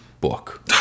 book